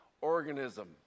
organism